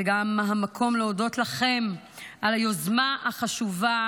זה גם המקום להודות לכם על היוזמה החשובה